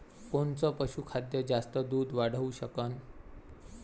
कोनचं पशुखाद्य जास्त दुध वाढवू शकन?